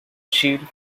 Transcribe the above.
shield